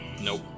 Nope